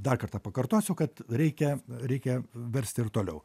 dar kartą pakartosiu kad reikia reikia versti ir toliau